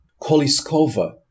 Koliskova